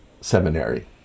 Seminary